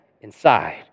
inside